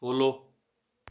follow